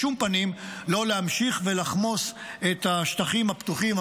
לא להמשיך ולחמוס את השטחים הפתוחים,